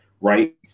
right